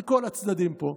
על כל הצדדים פה.